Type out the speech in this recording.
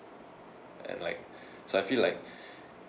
and like so I feel like